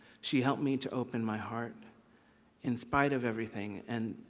she helped me to open my heart in spite of everything and